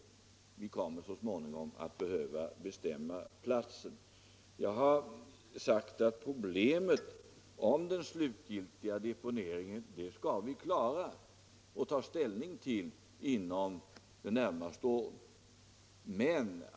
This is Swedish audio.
Vi kommer så småningom att behöva bestämma platsen. Jag har sagt att problemet med den slutgiltiga deponeringen skall vi klara och ta ställning till inom de närmaste åren.